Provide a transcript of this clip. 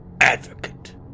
advocate